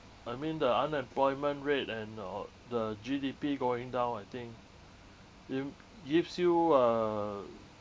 I mean the unemployment rate and or the G_D_P going down I think gi~ gives you a